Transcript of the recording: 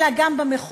אלא גם במחוזות,